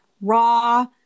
raw